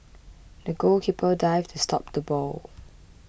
the goalkeeper dived to stop the ball